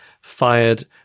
fired